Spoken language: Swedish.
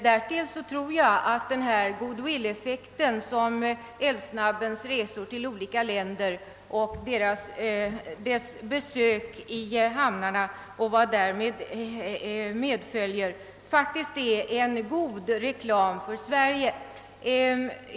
Därtill tror jag att vi uppnår en goodwill-effekt av älvsnabbens resor till olika länder och dess besök i hamnarna med vad därtill hörer. Det är faktiskt en god reklam för Sverige.